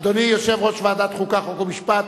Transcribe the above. אדוני יושב-ראש ועדת החוקה, חוק ומשפט.